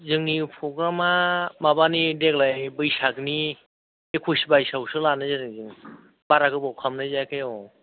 जोंनि प्रग्रामा माबानि देग्लाय बैसागनि एकइस बाइसावसो लानाय जाहैदों बारा गोबाव खालामनाय जायाखै औ